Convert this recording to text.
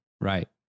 Right